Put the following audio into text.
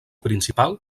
principal